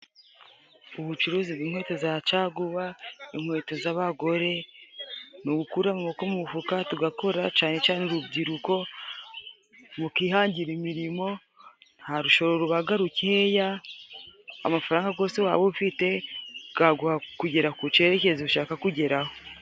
Ubucuruzi bw'inkweto za caguwa, inkweto z'abagore, ni ugukura amaboko mu mufuka tugakora cane cane urubyiruko, rukihangira imirimo nta rushoro rubaga rukeya, amafaranga gose waba ufite ,gaguha kugera ku cerekezo ushaka kugeraho.